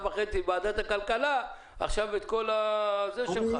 וחצי בוועדת הכלכלה עכשיו את כל התזה שלך.